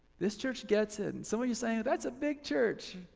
this church gets it. and some of you're saying that's a big church.